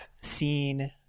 seen